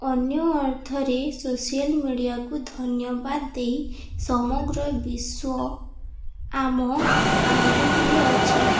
ଅନ୍ୟ ଅର୍ଥରେ ସୋସିଆଲ୍ ମିଡ଼ିଆକୁ ଧନ୍ୟବାଦ ଦେଇ ସମଗ୍ର ବିଶ୍ୱ ଆମ ଆଙ୍ଗୁଠିରେ ଅଛି